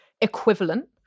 equivalent